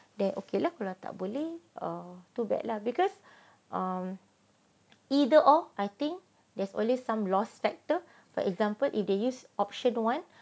then okay loh kalau tak boleh oh too bad lah because um either or I think there's only some loss factor for example if they use option one